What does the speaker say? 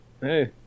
Hey